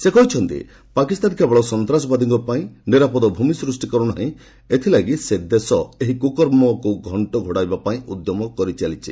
ସେ କହିଛନ୍ତି ପାକିସ୍ତାନ କେବଳ ସନ୍ତାସବାଦୀଙ୍କ ପାଇଁ ନିରାପଦ ଭୂମି ସୃଷ୍ଟି କରୁନାହିଁ ଏଥିପାଇଁ ସେ ଦେଶ ଏହି କୁକର୍ମକୁ ଘଣ୍ଟ ଘୋଡ଼ାଇବା ପାଇଁ ଉଦ୍ୟମ କରିଚାଲିଛି